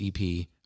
EP